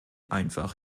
einfach